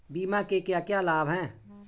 बीमा के क्या क्या लाभ हैं?